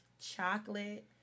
chocolate